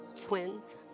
twins